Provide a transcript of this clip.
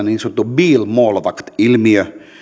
niin sanottu bilmålvakt ilmiö